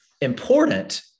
important